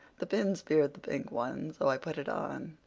the pin speared the pink one, so i put it on.